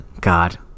God